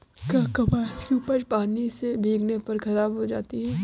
क्या कपास की उपज पानी से भीगने पर खराब हो सकती है?